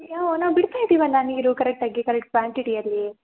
ಹ್ಞೂ ನಾವು ಬಿಡ್ತಾ ಇದ್ದೀವಲ್ಲ ನೀರು ಕರೆಕ್ಟಾಗಿ ಕರೆಕ್ಟ್ ಕ್ವಾಂಟಿಟಿಯಲ್ಲಿ